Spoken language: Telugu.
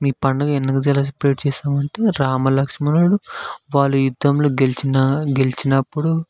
ఈ పండగ ఎందుకు సెలెబ్రేట్ చేస్తామంటే రామలక్ష్మణులు వాళ్ళు యుద్ధంలో గెలిచిన గెలిచినప్పుడు గెల